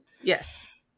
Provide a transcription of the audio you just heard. Yes